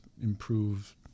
improve